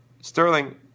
Sterling